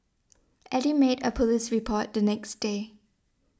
Eddy made a police report the next day